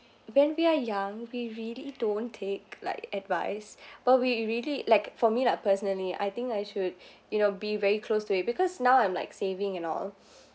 when we are young we really don't take like advice but we really like for me lah personally I think I should you know be very close to it because now I'm like saving and all